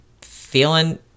feeling